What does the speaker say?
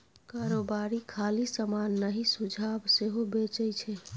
कारोबारी खाली समान नहि सुझाब सेहो बेचै छै